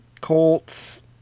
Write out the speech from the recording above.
Colts